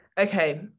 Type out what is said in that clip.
Okay